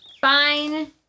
fine